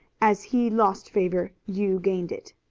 as he lost favor you gained it.